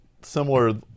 similar